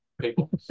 people